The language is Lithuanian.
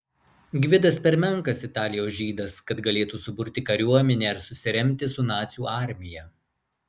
gvidas per menkas italijos žydas kad galėtų suburti kariuomenę ir susiremti su nacių armija